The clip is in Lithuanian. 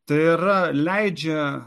tai yra leidžia